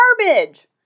garbage